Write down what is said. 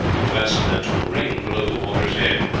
and fasten that to a ring below the water's edge,